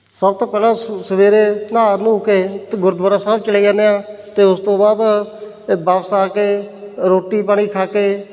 ਸਭ ਤੋਂ ਪਹਿਲਾਂ ਸ ਸਵੇਰੇ ਨਹਾ ਨੁਹ ਕੇ ਅਤੇ ਗੁਰਦੁਆਰਾ ਸਾਹਿਬ ਚਲੇ ਜਾਂਦੇ ਹਾਂ ਅਤੇ ਉਸ ਤੋਂ ਬਾਅਦ ਏ ਵਾਪਸ ਆ ਕੇ ਰੋਟੀ ਪਾਣੀ ਖਾ ਕੇ